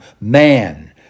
man